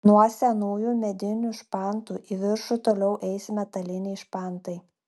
nuo senųjų medinių špantų į viršų toliau eis metaliniai špantai